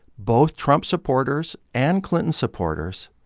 both trump supporters and clinton supporters,